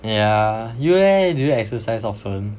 yeah you leh do you exercise often